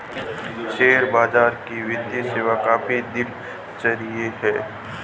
share बाजार की वित्तीय सेवा काफी दिलचस्प है